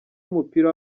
w’umupira